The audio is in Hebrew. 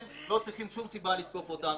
הם לא צריכים שום סיבה לתקוף אותנו.